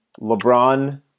LeBron